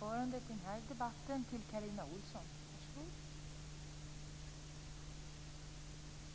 sade.